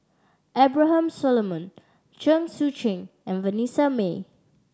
Abraham Solomon Chen Sucheng and Vanessa Mae